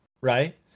right